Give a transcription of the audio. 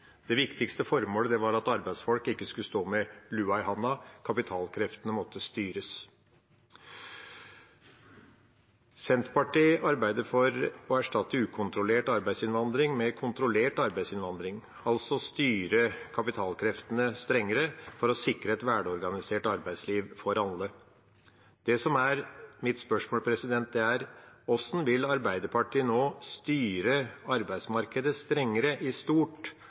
Det viktigste formålet var at arbeidsfolk ikke skulle stå med lua i handa; kapitalkreftene måtte styres. Senterpartiet arbeider for å erstatte ukontrollert arbeidsinnvandring med kontrollert arbeidsinnvandring, altså å styre kapitalkreftene strengere for å sikre et velorganisert arbeidsliv for alle. Det som er mitt spørsmål, er: Hvordan vil Arbeiderpartiet nå styre arbeidsmarkedet strengere i stort